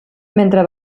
mentre